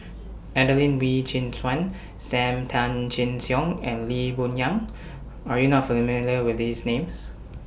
Adelene Wee Chin Suan SAM Tan Chin Siong and Lee Boon Yang Are YOU not familiar with These Names